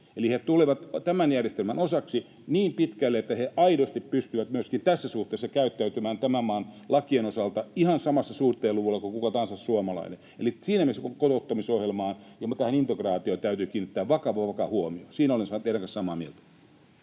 eli he tulevat tämän järjestelmän osaksi niin pitkälle, että he aidosti pystyvät myöskin tässä suhteessa käyttäytymään tämän maan lakien osalta ihan samoilla suhdeluvuilla kuin kuka tahansa suomalainen. Eli siinä mielessä kotouttamisohjelmaan ja tähän integraatioon täytyy kiinnittää vakavaa, vakavaa huomiota. Siinä olen teidän kanssanne samaa mieltä.